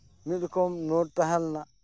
ᱢᱤᱫᱨᱚᱠᱚᱢ note ᱛᱟᱦᱮᱸ ᱞᱮᱱᱟ